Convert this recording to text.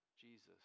Jesus